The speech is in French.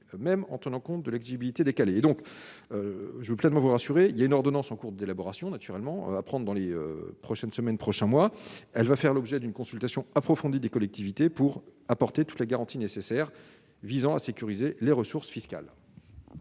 même en tenant compte de l'exigibilité décalé et donc joue pleinement vous rassurer, il y a une ordonnance en cours d'élaboration naturellement à prendre dans les prochaines semaines prochains mois elle va faire l'objet d'une consultation approfondie des collectivités pour apporter toutes les garanties nécessaires visant à sécuriser les ressources fiscales.